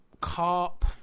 Carp